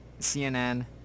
CNN